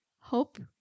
hope